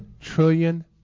trillion